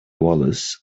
wallace